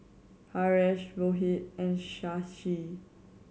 Haresh Rohit and Shashi